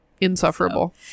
insufferable